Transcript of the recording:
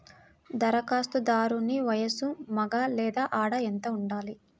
ధరఖాస్తుదారుని వయస్సు మగ లేదా ఆడ ఎంత ఉండాలి?